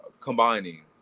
combining